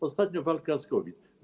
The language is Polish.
Ostatnio walka z COVID.